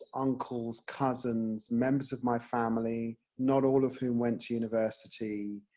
uncles, cousins, members of my family, not all of whom went to university,